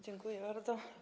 Dziękuję bardzo.